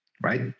right